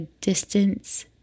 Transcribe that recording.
distance